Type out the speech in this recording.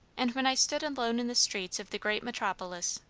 and when i stood alone in the streets of the great metropolis,